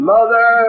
Mother